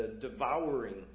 devouring